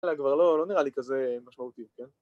‫זה כבר לא נראה לי כזה משמעותי, כן?